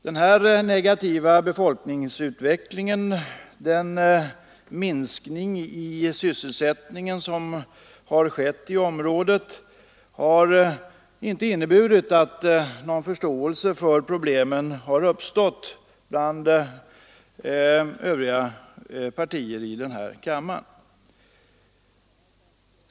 Denna negativa befolkningsutveckling och den minskning i sysselsättningen som inträffat i området har inte åtföljts av någon förståelse bland övriga partier i kammaren för de problem som uppstått.